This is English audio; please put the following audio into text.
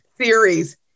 series